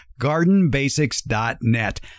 GardenBasics.net